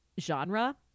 genre